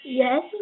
yes